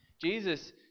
Jesus